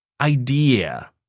idea